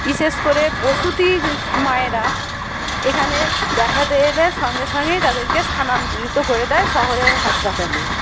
বিশেষ করে প্রসূতি যে মায়েরা এখানে দেখাতে এলে সঙ্গে সঙ্গে তাদেরকে স্থানান্তরিত করে দেয় শহরের হাসপাতালে